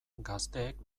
gazteek